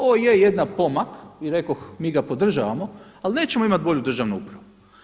Ovo je jedan pomak i rekoh mi ga podržavamo, ali nećemo imati bolju državnu upravu.